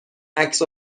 عکس